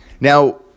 Now